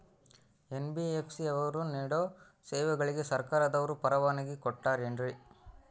NBFC ಅವರು ನೇಡೋ ಸೇವೆಗಳಿಗೆ ಸರ್ಕಾರದವರು ಪರವಾನಗಿ ಕೊಟ್ಟಾರೇನ್ರಿ?